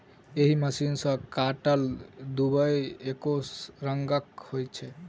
एहि मशीन सॅ काटल दुइब एकै रंगक होइत छै